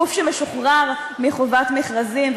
גוף שמשוחרר מחובת מכרזים,